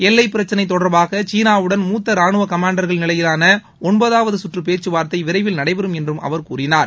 எல்லை பிரச்சினை தொடர்பாக சீனாவுடன் மூத்த இரானுவ கமாண்டர்கள் நிலையிவான ஒன்பதாவது சுற்றுப் பேச்சுவார்த்தை விரைவில் நடைபெறும் என்று அவர் கூறினார்